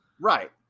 Right